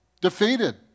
defeated